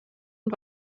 und